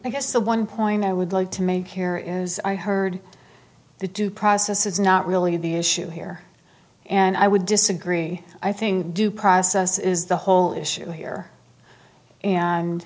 i guess the one point i would like to make here is i heard the due process is not really the issue here and i would disagree i think due process is the whole issue here